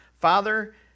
Father